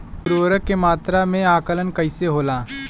उर्वरक के मात्रा में आकलन कईसे होला?